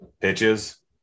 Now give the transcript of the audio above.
pitches